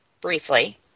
briefly